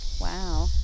Wow